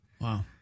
Wow